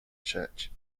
church